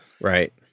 Right